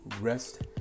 rest